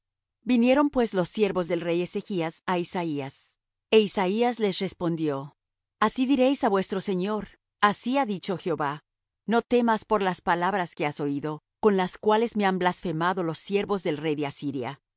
vinieron pues los siervos del rey ezechas á isaías e isaías les respondió así diréis á vuestro señor así ha dicho jehová no temas por las palabras que has oído con las cuales me han blasfemado los siervos del rey de asiria